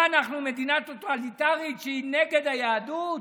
מה, אנחנו מדינה טוטליטרית שהיא נגד היהדות?